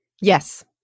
Yes